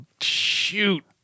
shoot